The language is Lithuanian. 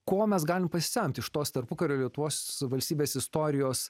ko mes galim pasisemti iš tos tarpukario lietuvos valstybės istorijos